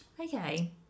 Okay